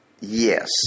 Yes